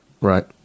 Right